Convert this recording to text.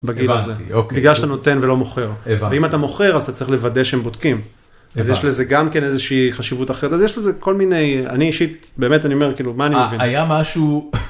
בגיל הזה אוקיי בגלל שאתה נותן ולא מוכר ואם אתה מוכר אז אתה צריך לוודא שהם בודקים. אז יש לזה גם כן איזושהי חשיבות אחרת אז יש לזה כל מיני אני אישית באמת אני אומר מה אני מבין כאילו מה היה משהו.